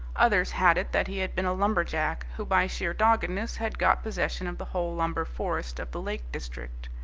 others had it that he had been a lumberjack who, by sheer doggedness, had got possession of the whole lumber forest of the lake district.